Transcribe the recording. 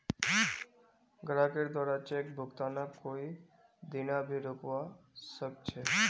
ग्राहकेर द्वारे चेक भुगतानक कोई दीना भी रोकवा सख छ